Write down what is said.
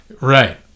right